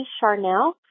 Charnel